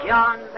John